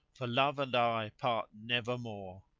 for love and i part nevermore!